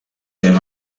them